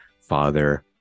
father